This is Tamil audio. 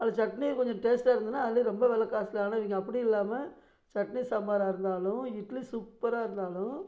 அது சட்னி கொஞ்சம் டேஸ்டாக இருந்ததுன்னா அது ரொம்ப வில காஸ்ட்லியான இவங்க அப்படியும் இல்லாமல் சட்னி சாம்பாராக இருந்தாலும் இட்லி சூப்பராக இருந்தாலும்